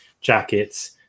jackets